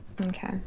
okay